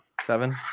Seven